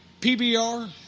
PBR